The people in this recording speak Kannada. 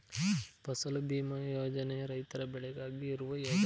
ಫಸಲ್ ಭೀಮಾ ಯೋಜನೆ ರೈತರ ಬೆಳೆಗಾಗಿ ಇರುವ ಯೋಜನೆ